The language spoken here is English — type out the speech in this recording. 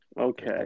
Okay